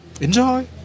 Enjoy